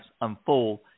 unfold